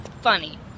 Funny